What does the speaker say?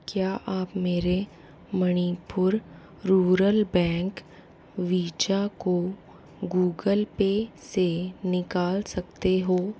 क्या आप मेरे मणिपुर रूरल बैंक वीजा को गूगल पे से निकाल सकते हैं